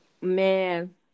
Man